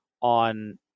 on